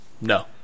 No